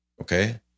Okay